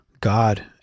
God